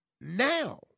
now